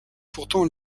pourtant